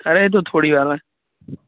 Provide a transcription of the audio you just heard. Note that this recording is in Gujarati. અરે એ તો થોડીવાર હોય